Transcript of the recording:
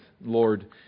Lord